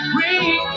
ring